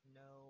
no